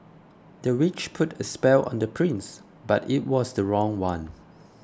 the witch put a spell on the prince but it was the wrong one